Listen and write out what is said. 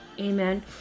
amen